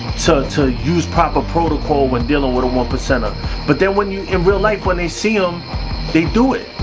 so to use proper protocol when dealing with a one percenter but then when you in real life when they see them um they do it,